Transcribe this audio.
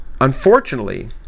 Unfortunately